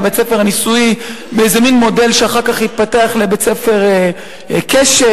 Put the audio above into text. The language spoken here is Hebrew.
בבית-הספר הניסויי באיזה מין מודל שאחר כך התפתח לבית-הספר "קשת",